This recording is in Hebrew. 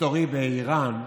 מסתורי באיראן,